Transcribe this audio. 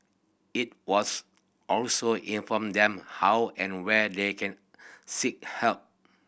it was also inform them how and where they can seek help